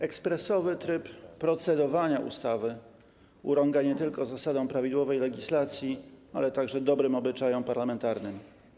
Ekspresowy tryb procedowania nad ustawą urąga nie tylko zasadom prawidłowej legislacji, ale także dobrym obyczajom parlamentarnym.